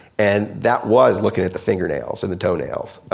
and that was looking at the fingernails and the toe nails.